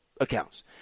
accounts